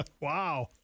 Wow